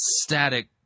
static